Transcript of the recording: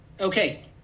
Okay